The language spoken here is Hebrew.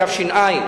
התש"ע,